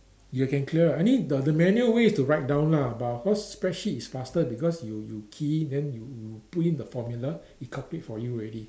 you can clear I mean the the manual way is to write down down lah but of course spreadsheet is faster because you you key in then you you put in the formula it calculate for you already